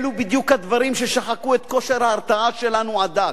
אלו בדיוק הדברים ששחקו את כושר ההרתעה שלנו עד דק.